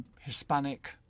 Hispanic